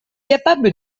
capable